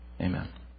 Amen